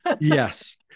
yes